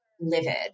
livid